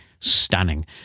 stunning